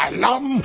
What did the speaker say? Alam